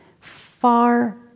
far